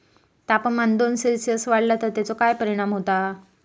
तापमान दोन सेल्सिअस वाढला तर तेचो काय परिणाम होता?